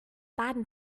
baden